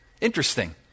Interesting